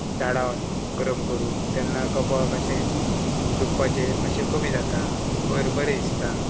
धाडावन गरम करून तेन्ना कपळ मातशें दुखपाचें मातशें कमी जाता बरें बरें दिसता